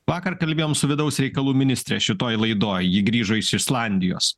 vakar kalbėjom su vidaus reikalų ministre šitoj laidoj ji grįžo iš islandijos